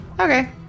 okay